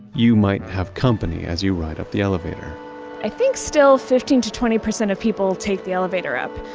you might have company as you ride up the elevator i think, still fifteen to twenty percent of people take the elevator up.